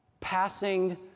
passing